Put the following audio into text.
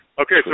Okay